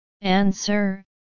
Answer